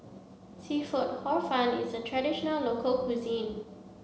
seafood Hor Fun is a traditional local cuisine